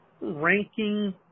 ranking